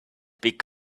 pick